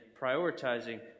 prioritizing